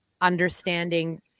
understanding